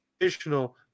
additional